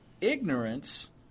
ignorance